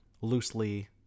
loosely